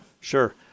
Sure